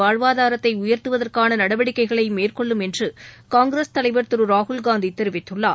வாழ்வாதாரத்தைஉயர்த்துவதற்கானநடவடிக்கைகளைமேற்கொள்ளும் என்றுகாங்கிரஸ் தலைவர் திருராகுல் காந்திதெரிவித்துள்ளார்